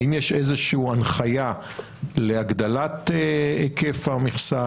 האם יש איזושהי הנחיה להגדלת היקף המכסה?